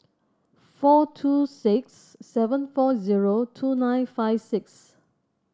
four two six seven four zero two nine five six